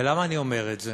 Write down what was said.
ולמה אני אומר את זה?